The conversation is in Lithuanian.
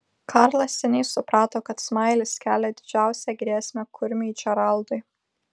karlas seniai suprato kad smailis kelia didžiausią grėsmę kurmiui džeraldui